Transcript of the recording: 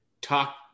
talk